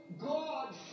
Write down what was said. God